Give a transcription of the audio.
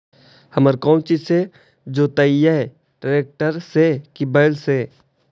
हर कौन चीज से जोतइयै टरेकटर से कि बैल से?